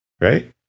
right